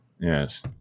Yes